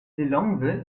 lilongwe